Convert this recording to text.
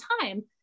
time